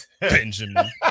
Benjamin